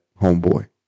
homeboy